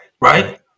right